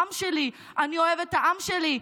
העם שלי,